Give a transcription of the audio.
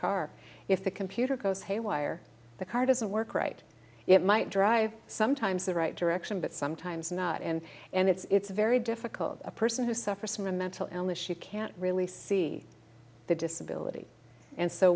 car if the computer goes haywire the car doesn't work right it might drive sometimes the right direction but sometimes not and and it's very difficult a person who suffers from a mental illness you can't really see the disability and so